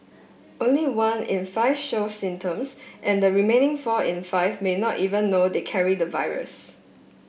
only one in five show symptoms and the remaining four in five may not even know they carry the virus